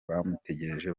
bamutegereje